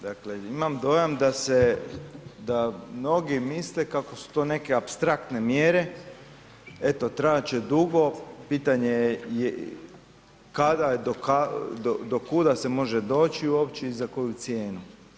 Dakle, imam dojam da se, da mnogi misle kako su to neke apstraktne mjere, eto trajat će dugo, pitanje kada i do kuda se može doći uopće i za koju cijenu.